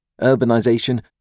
urbanisation